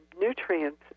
nutrients